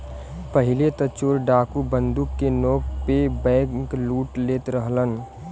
पहिले त चोर डाकू बंदूक के नोक पे बैंकलूट लेत रहलन